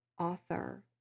author